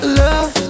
love